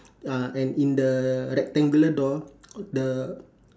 uh and in the rectangular door the